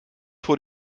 vor